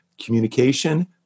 communication